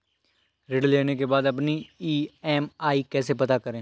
ऋण लेने के बाद अपनी ई.एम.आई कैसे पता करें?